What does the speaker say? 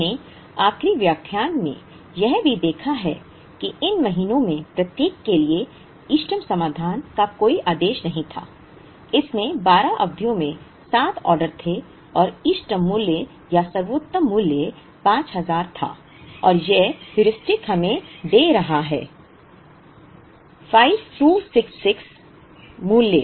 हमने आखिरी व्याख्यान में यह भी देखा कि इन महीनों में प्रत्येक के लिए इष्टतम समाधान का कोई आदेश नहीं था इसमें 12 अवधियों में 7 ऑर्डर थे और इष्टतम मूल्य या सर्वोत्तम मूल्य 5000 था और यह हेयुरिस्टिक हमें दे रहा है 5266 मूल्य